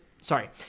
sorry